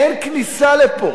אין כניסה לפה.